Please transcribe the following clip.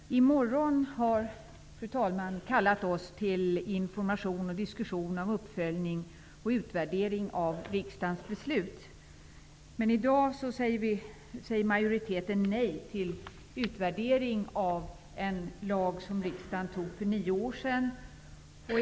Fru talman! I morgon har talmannen kallat oss till information, diskussion, uppföljning och utvärdering av riksdagens beslut. Men i dag säger utskottsmajoriteten nej till utvärdering av en lag som riksdagen beslutade om för nio år sedan.